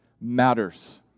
matters